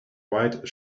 white